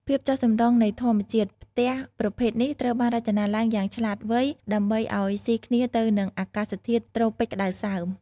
ភាពចុះសម្រុងនឹងធម្មជាតិ ផ្ទះប្រភេទនេះត្រូវបានរចនាឡើងយ៉ាងឆ្លាតវៃដើម្បីឲ្យស៊ីគ្នាទៅនឹងអាកាសធាតុត្រូពិចក្តៅសើម ។